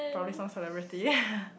probably some celebrity